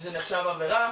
שזה נחשב עבירה